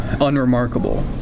unremarkable